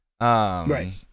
right